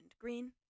green